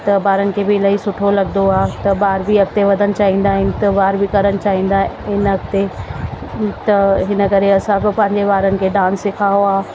त ॿारनि खे बि इलाही सुठो लॻंदो आहे त ॿार बि अॻिते वधणु चाहींदा आहिनि त ॿार बि करणु चाहींदा आहिनि अॻिते त हिन करे असांजो पंहिंजे ॿारनि खे डांस सिखारिणो आहे